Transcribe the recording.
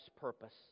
purpose